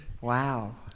Wow